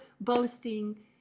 boasting